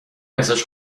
ازش